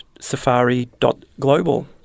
safari.global